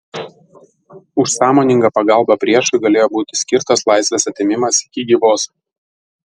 už sąmoningą pagalbą priešui galėjo būti skirtas laisvės atėmimas iki gyvos